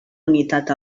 unitat